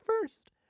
first